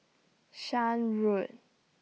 Shan Road